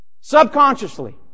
subconsciously